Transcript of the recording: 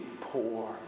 poor